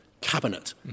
Cabinet